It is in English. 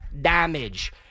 damage